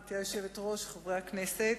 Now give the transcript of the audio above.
גברתי היושבת-ראש, חברי הכנסת,